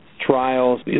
trials